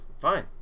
fine